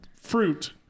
fruit